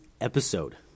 episode